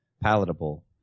palatable